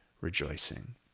rejoicing